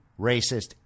racist